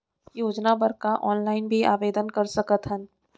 योजना बर का ऑनलाइन भी आवेदन कर सकथन?